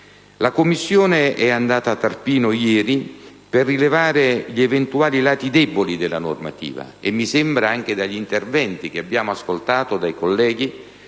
La Commissione si è recata ieri ad Arpino per rilevare gli eventuali lati deboli della normativa, e mi sembra che anche dagli interventi che abbiamo ascoltato, sia dei colleghi